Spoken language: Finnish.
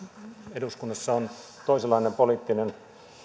eduskunnassa on toisenlainen poliittinen